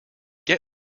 get